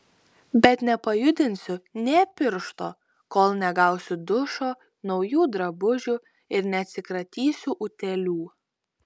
bet nepajudinsiu nė piršto kol negausiu dušo naujų drabužių ir neatsikratysiu utėlių